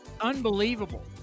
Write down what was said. Unbelievable